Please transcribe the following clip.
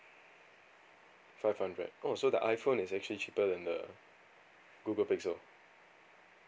five hundred oh so the iphone is actually cheaper than the google pixel